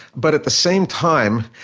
but at the same time,